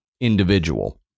individual